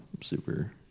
super